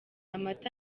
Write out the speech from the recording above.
amata